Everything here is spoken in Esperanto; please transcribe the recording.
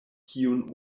kiun